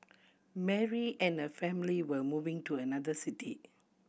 Mary and her family were moving to another city